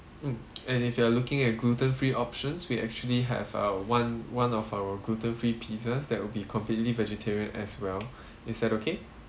mm and if you are looking at gluten free options we actually have a one one of our gluten free pizza that would be completely vegetarian as well is that okay